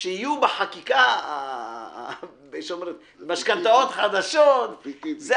שיהיו בחקיקה של משכנתאות חדשות הוא כמו